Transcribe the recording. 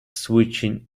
switching